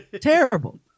Terrible